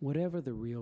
whatever the real